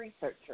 researcher